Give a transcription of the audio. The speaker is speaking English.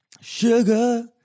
Sugar